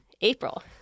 April